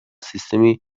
سیستمی